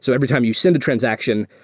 so every time you send a transaction,